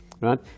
right